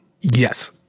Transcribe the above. Yes